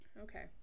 Okay